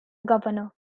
governor